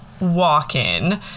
walk-in